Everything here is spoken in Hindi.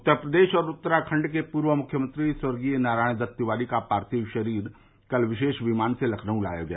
उत्तर प्रदेश और उत्तराखंड के पूर्व मुख्यमंत्री स्वर्गीय नारायण दत्त तिवारी का पार्थिव शरीर कल विशेष विमान से लखनऊ लाया गया